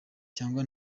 cyangwa